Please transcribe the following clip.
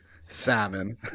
salmon